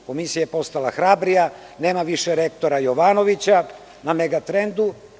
Komisija je postala hrabrija, nema više rektora Jovanovića na „Megatrendu“